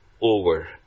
over